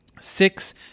six